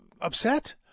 upset